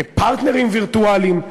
פרטנרים וירטואליים,